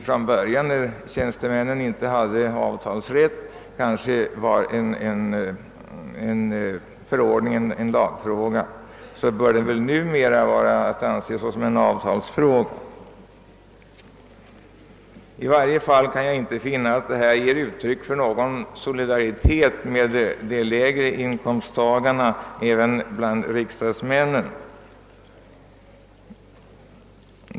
Från början, när tjänstemännen inte hade avtalsrätt, var det kanske en lagfråga. Hur som helst kan jag inte finna att förslaget ger uttryck för någon solidaritet med de lägre inkomsttagarna bland riksdagsmännen.